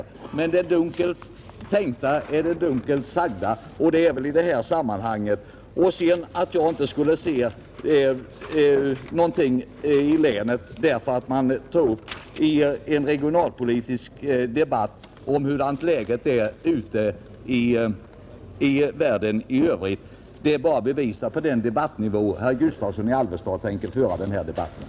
Men jag tror att tesen det dunkelt tänkta är det dunkelt sagda gäller i det här sammanhanget. Att beskylla mig för att jag inte skulle se hur situationen är i länet därför att jag varit ute och rest i världen och bara fäster mig vid de regionalpolitiska förhållandena ute i stora världen, ett sådant argument bevisar bara på vilken nivå herr Gustavsson i Alvesta vill föra den här debatten.